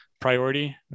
priority